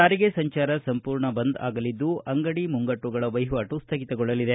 ಸಾರಿಗೆ ಸಂಚಾರ ಸಂಪೂರ್ಣ ಬಂದ್ ಆಗಲಿದ್ದು ಅಂಗಡಿ ಮುಂಗಟ್ನುಗಳ ವಹಿವಾಟು ಸ್ವಗಿತಗೊಳ್ಳಲಿದೆ